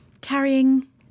carrying